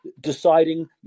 deciding